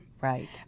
Right